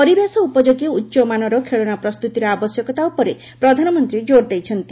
ପରିବେଶ ଉପଯୋଗୀ ଉଚ୍ଚମାନର ଖେଳନା ପ୍ରସ୍ତୁତିର ଆବଶ୍ୟକତା ଉପରେ ପ୍ରଧାନମନ୍ତ୍ରୀ ଜୋର୍ ଦେଇଛନ୍ତି